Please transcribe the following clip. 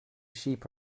sheep